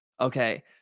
okay